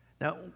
Now